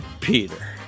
Peter